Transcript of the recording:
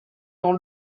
dans